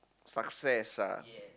success ah